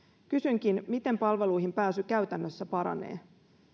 kysynkin miten palveluihin pääsy käytännössä paranee